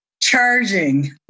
charging